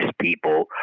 people